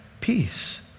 peace